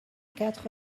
quatre